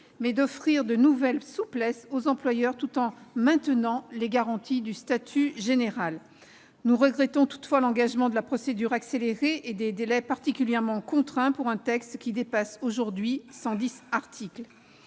d'offrir de nouvelles souplesses aux employeurs, tout en maintenant les garanties du statut général. Nous regrettons toutefois l'engagement de la procédure accélérée et des délais particulièrement contraints pour un texte qui dépasse aujourd'hui les 110 articles.